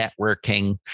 networking